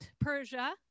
Persia